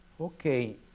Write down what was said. Okay